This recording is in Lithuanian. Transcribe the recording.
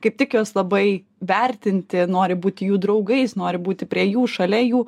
kaip tik juos labai vertinti nori būti jų draugais nori būti prie jų šalia jų